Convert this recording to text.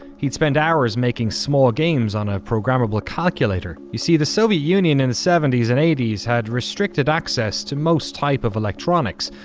he'd spend hours making small games on a programmable calculator. you see, the soviet union in the seventy s and eighty s had restricted access to most type of electronics.